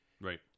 Right